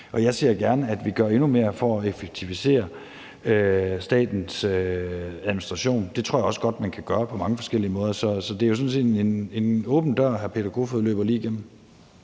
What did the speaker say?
Jeg ser gerne, at vi gør endnu mere for at effektivisere statens administration. Det tror jeg også godt man kan gøre på mange forskellige måder, så det er jo sådan set en åben dør, hr. Peter Kofod løber lige igennem.